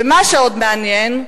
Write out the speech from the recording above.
ומה שעוד מעניין,